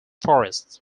forests